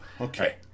Okay